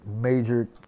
major